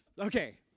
Okay